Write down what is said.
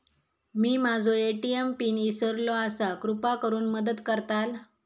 मी माझो ATM pin इसरलो आसा कृपा करुन मदत करताल